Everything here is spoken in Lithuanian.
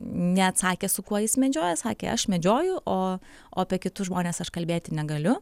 neatsakė su kuo jis medžioja sakė aš medžioju o o apie kitus žmones aš kalbėti negaliu